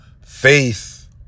Faith